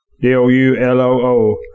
D-O-U-L-O-O